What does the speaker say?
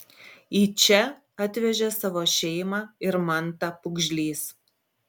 į čia atvežė savo šeimą ir mantą pūgžlys